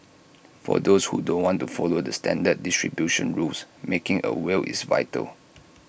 for those who don't want to follow the standard distribution rules making A will is vital